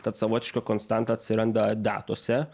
tad savotiška konstanta atsiranda datose